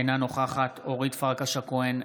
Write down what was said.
אינה נוכחת אורית פרקש הכהן,